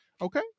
Okay